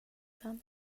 them